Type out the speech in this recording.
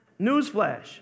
Newsflash